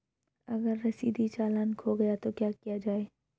अगर रसीदी चालान खो गया तो क्या किया जाए?